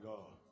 God